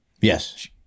Yes